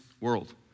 world